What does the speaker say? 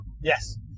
Yes